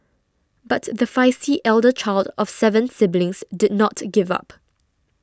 but the feisty elder child of seven siblings did not give up